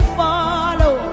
follow